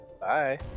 bye